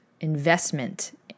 investment